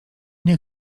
nie